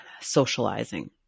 socializing